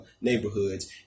neighborhoods